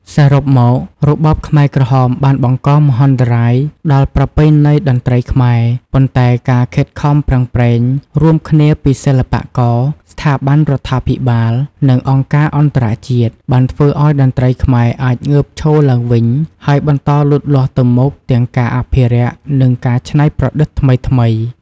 សរុបមក របបខ្មែរក្រហមបានបង្កមហន្តរាយដល់ប្រពៃណីតន្ត្រីខ្មែរ ប៉ុន្តែការខិតខំប្រឹងប្រែងរួមគ្នាពីសិល្បករ ស្ថាប័នរដ្ឋាភិបាល និងអង្គការអន្តរជាតិ បានធ្វើឱ្យតន្ត្រីខ្មែរអាចងើបឈរឡើងវិញ ហើយបន្តលូតលាស់ទៅមុខ ទាំងការអភិរក្ស និងការច្នៃប្រឌិតថ្មីៗ។